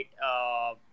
right